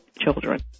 children